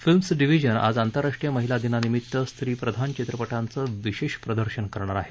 films Division आज अंतरराष्ट्रीय महिला दिनानिमित्त स्त्रीप्रधान चित्रपटांचं विशेष प्रदर्शन करणार आहे